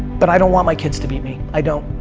but i don't want my kids to beat me, i don't.